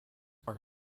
are